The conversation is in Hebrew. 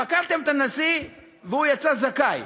חקרתם את הנשיא והוא יצא זכאי,